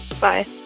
Bye